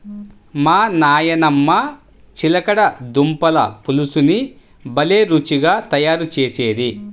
మా నాయనమ్మ చిలకడ దుంపల పులుసుని భలే రుచిగా తయారు చేసేది